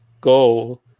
go